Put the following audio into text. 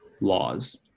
laws